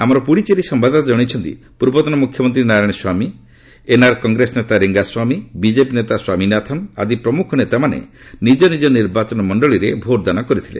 ଆମର ପୁଡ଼ଚେରୀ ସମ୍ଭାଦଦାତା ଜଣାଇଛନ୍ତି ପୂର୍ବତନ ମୁଖ୍ୟମନ୍ତ୍ରୀ ନାରାୟଣ ସ୍ୱାମୀ ଏନଆର କଂଗ୍ରେସ ନେତା ରେଙ୍ଗାସ୍ୱାମୀ ବିଜେପି ନେତା ସ୍ୱାମୀନାଥନ୍ ଆଦି ପ୍ରମ୍ରଖ ନେତାମାନେ ନିଜ ନିଜ ନିର୍ବାଚନମଣ୍ଡଳୀରେ ଭୋଟଦାନ କରିଥିଲେ